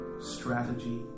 strategy